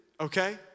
okay